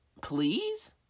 Please